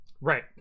Right